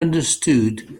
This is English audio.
understood